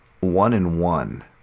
one-and-one